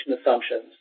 assumptions